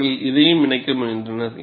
அவர்கள் இதையும் இணைக்க முயன்றனர்